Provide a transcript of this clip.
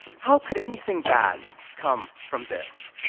how could anything bad come from this?